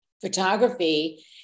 photography